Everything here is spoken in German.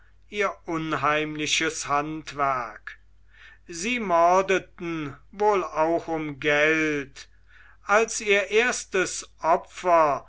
ihr unheimliches handwerk sie mordeten wohl auch um geld als ihr erstes